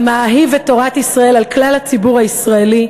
המאהיב את תורת ישראל על כלל הציבור הישראלי,